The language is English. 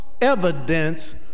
evidence